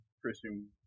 Christian